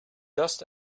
dust